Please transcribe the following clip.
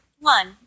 one